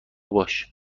باش